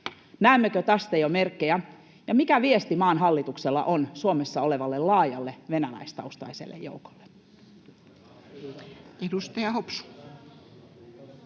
Näemmekö tästä jo merkkejä, ja mikä viesti maan hallituksella on Suomessa olevalle laajalle venäläistaustaiselle joukolle?